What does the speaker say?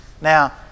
now